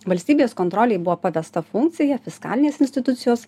valstybės kontrolei buvo pavesta funkcija fiskalinės institucijos